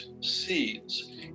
seeds